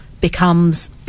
becomes